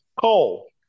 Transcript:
Cole